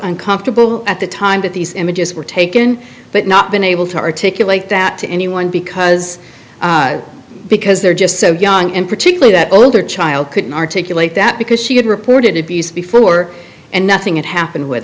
uncomfortable at the time that these images were taken but not been able to articulate that to anyone because because they're just so young in particular that older child couldn't articulate that because she had reported abuse before and nothing had happened with